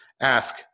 Ask